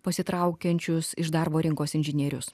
pasitraukiančius iš darbo rinkos inžinierius